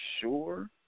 sure